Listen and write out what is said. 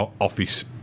office